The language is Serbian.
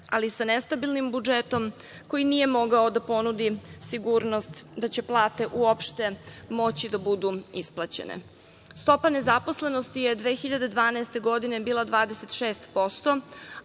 ali sa nestabilnim budžetom koji nije mogao da ponudi sigurnost da će plate uopšte moći da budu isplaćene. Stopa nezaposlenosti je 2012. godine bila 26%,